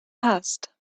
passed